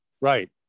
Right